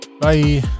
Bye